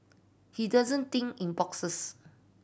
he doesn't think in boxes